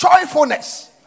joyfulness